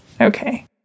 okay